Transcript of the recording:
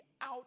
out